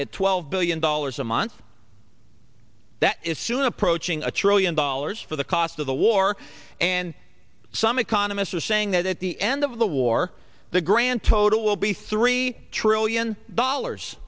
at twelve billion dollars a month that is soon approaching a trillion dollars for the cost of the war and some economists are saying that at the end of the war the grand total will be three trillion dollars